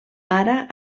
ara